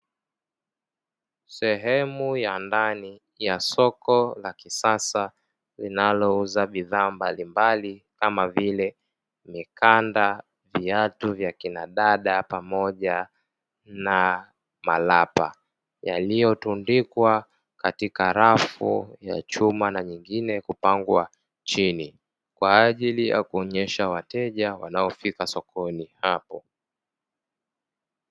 Sehemu ya ndani ya soko la kisasa linaouza bidhaa mbalimbali kama vile; mikanda, viatu vya akina dada, pamoja na malapa yaliyotundikwa katika rafu ya chuma na nyingine kupangwa chini kwa ajili ya kuonyesha wateja wanaofika sokoni apo.